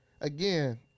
again